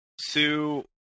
Sue